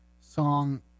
song